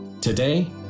Today